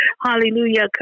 Hallelujah